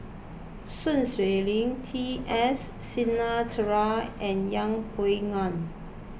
Sun Xueling T S Sinnathuray and Yeng Pway Ngon